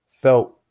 felt